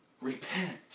Repent